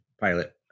pilot